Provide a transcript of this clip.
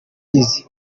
kigeze